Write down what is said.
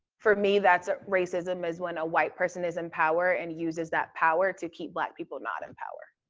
for me that's ah racism is when a white person is in power and uses that power to keep black people not in power.